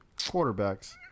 quarterbacks